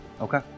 Okay